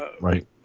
right